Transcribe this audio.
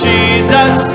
Jesus